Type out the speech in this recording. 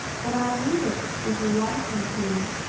but i'll read it, if you want me to,